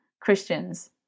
Christians